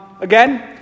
again